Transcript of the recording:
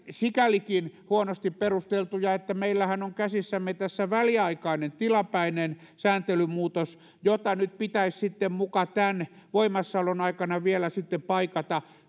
sikälikin huonosti perusteltuja että meillähän on käsissämme tässä väliaikainen tilapäinen sääntelymuutos jota nyt pitäisi muka tämän voimassaolon aikana vielä paikata